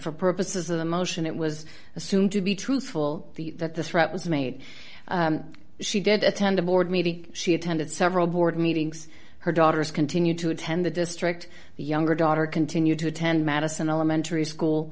for purposes of the motion it was assumed to be truthful the that the threat was made she did attend a board meeting she attended several board meetings her daughters continued to attend the district the younger daughter continued to attend madison elementary school